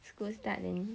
school start then